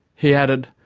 he added,